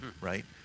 right